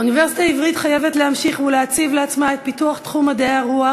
האוניברסיטה העברית חייבת להמשיך להציב לעצמה את פיתוח תחום מדעי הרוח